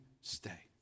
stay